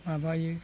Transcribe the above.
माबायो